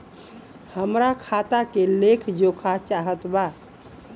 हमरा खाता के लेख जोखा चाहत बा?